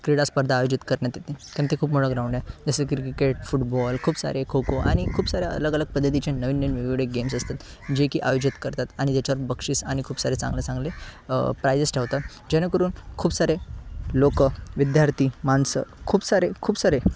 क्रीडा स्पर्धा आयोजित करण्यात येते आणि ते खूप मोठं ग्राउंड आहे जसे क्रिकेट फुटबॉल खूप सारे खो खो आणि खूप साऱ्या अलग अलग पद्धतीचे नवीन नवीन वेगवेगळे गेम्स असतात जे की आयोजित करतात आणि याच्यात बक्षीस आणि खूप सारे चांगले चांगले प्रायजेस ठेवतात जेणेकरून खूप सारे लोक विद्यार्थी माणसं खूप सारे खूप सारे